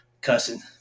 cussing